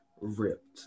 ripped